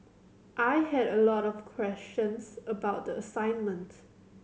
I had a lot of questions about the assignment